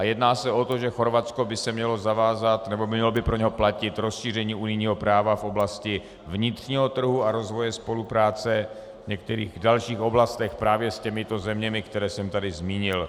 Jedná se o to, že Chorvatsko by se mělo zavázat nebo by mělo pro něj platit rozšíření unijního práva v oblasti vnitřního trhu a rozvoje spolupráce v některých dalších oblastech právě s těmito zeměmi, které jsem tady zmínil.